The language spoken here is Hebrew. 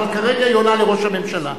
אבל כרגע היא עונה לראש הממשלה.